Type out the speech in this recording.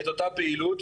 את אותה פעילות,